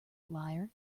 liar